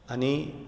आनी